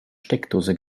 steckdose